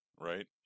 right